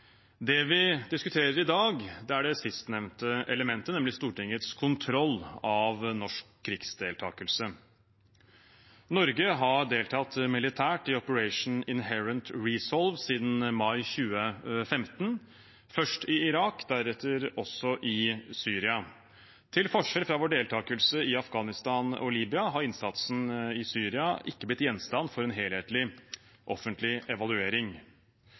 Det vi diskuterer i dag, er det sistnevnte elementet, nemlig Stortingets kontroll av norsk krigsdeltakelse. Norge har deltatt militært i Operation Inherent Resolve siden mai 2015 – først i Irak, deretter også i Syria. Til forskjell fra vår deltakelse i Afghanistan og Libya har innsatsen i Syria ikke blitt gjenstand for en helhetlig offentlig evaluering.